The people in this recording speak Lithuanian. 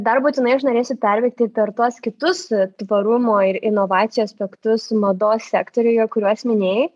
dar būtinai aš norėsiu perbėgti per tuos kitus tvarumo ir inovacijų aspektus mados sektoriuje kuriuos minėjai